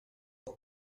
are